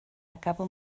acaba